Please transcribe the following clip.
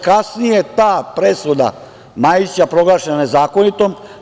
Kasnije je ta presuda Majića proglašena nezakonitom.